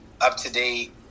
up-to-date